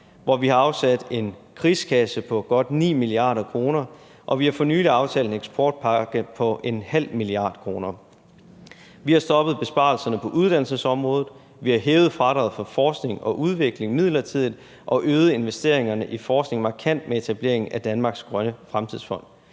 hvor vi har afsat en krigskasse på godt 9 mia. kr., og vi har for nylig aftalt en eksportpakke på 0,5 mia. kr. Vi har stoppet besparelserne på uddannelsesområdet. Vi har hævet fradraget for forskning og udvikling midlertidigt og øget investeringerne i forskning markant med etableringen af Danmarks Grønne Fremtidsfond.